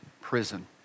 prison